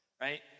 Right